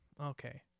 Okay